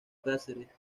casares